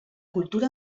cultura